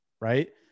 Right